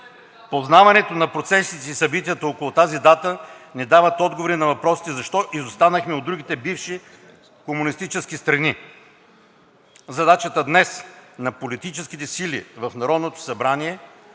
Познаването на процесите и събитията около тази дата ни дават отговори на въпросите защо изостанахме от другите бивши комунистически страни. Задачата днес на политическите сили в Народното събрание